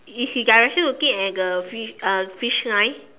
is it direction looking at the fish uh fish line